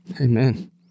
Amen